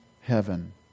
heaven